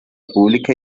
pública